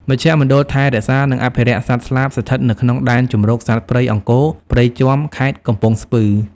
មជ្ឈមណ្ឌលថែរក្សា និងអភិរក្សសត្វស្លាប ស្ថិតនៅក្នុងដែនជម្រកសត្វព្រៃអង្គរព្រៃជាំ ខេត្តកំពង់ស្ពឺ។